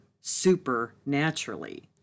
supernaturally